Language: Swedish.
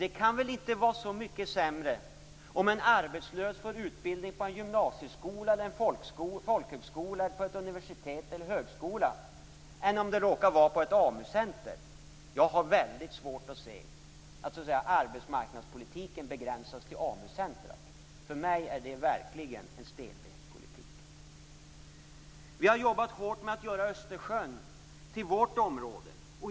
Det kan väl inte vara så mycket sämre om en arbetslös får utbildning på en gymnasieskola, på folkhögskola, på ett universitet eller en högskola än om man råkar få utbildning på ett AMU-centrum. Jag har väldigt svårt att se att arbetsmarknadspolitiken begränsas till ett AMU-centrum. För mig är detta verkligen en stelbent politik. Vi har jobbat hårt med att göra Östersjön till vårt område.